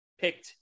picked